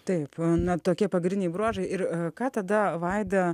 taip na tokie pagrindiniai bruožai ir ką tada vaida